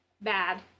bad